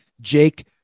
Jake